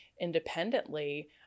independently